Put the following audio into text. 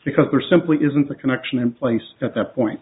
because there simply isn't a connection in place at that point